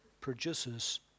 produces